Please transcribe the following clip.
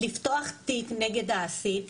לפתוח תיק נגד האסיר,